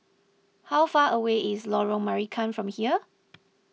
how far away is Lorong Marican from here